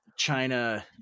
China